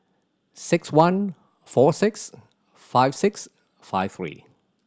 six one four six five six five three